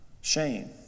shame